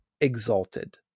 exalted